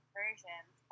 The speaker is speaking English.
versions